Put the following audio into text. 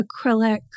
acrylic